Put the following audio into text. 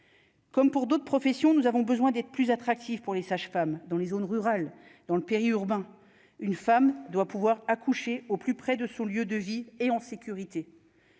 Comme pour d'autres professions, nous avons besoin d'être plus attractif pour les sages-femmes dans les zones rurales dans le périurbain, une femme doit pouvoir accoucher au plus près de son lieu de vie et en sécurité.